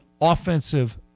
offensive